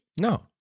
No